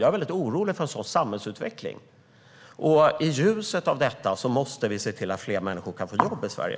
Jag är orolig för en sådan samhällsutveckling. I ljuset av detta måste vi se till att fler människor kan få jobb i Sverige.